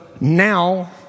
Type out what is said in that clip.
now